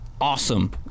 Awesome